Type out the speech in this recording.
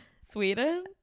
Sweden